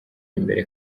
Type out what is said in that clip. imbere